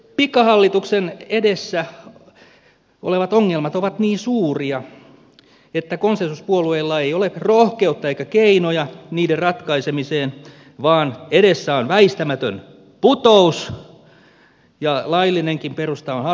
pikahallituksen edessä olevat ongelmat ovat niin suuria että konsensuspuolueilla ei ole rohkeutta eikä keinoja niiden ratkaisemiseen vaan edessä on väistämätön putous ja laillinenkin perusta on hatara